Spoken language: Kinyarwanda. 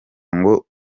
ngo